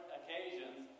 occasions